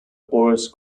boris